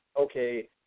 okay